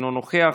אינו נוכח,